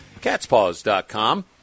CatsPaws.com